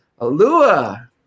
Alua